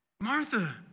Martha